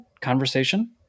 conversation